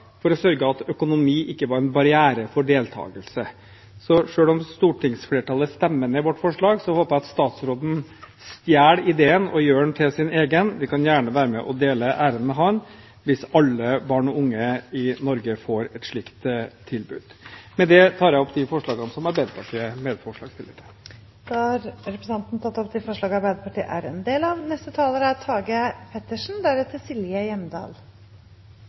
for å sørge for at økonomi ikke var en barriere for deltakelse. Selv om Stortinget stemmer ned vårt forslag, håper jeg statsråden stjeler ideen og gjør den til sin egen – vi kan gjerne være med og dele æren med ham hvis alle barn og unge i Norge får et slikt tilbud. Med det tar jeg opp det forslaget Arbeiderpartiet er medforslagsstiller til. Representanten Trond Giske har tatt opp det forslaget han refererte til. Jeg tror ingen i denne salen ikke er enig i intensjonene som ligger i forslaget fra de